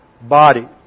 body